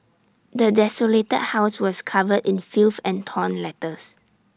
the desolated house was covered in filth and torn letters